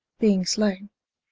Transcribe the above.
being slaine.